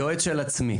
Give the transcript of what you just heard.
אני יועץ של עצמי.